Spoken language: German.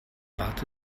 warte